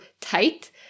tight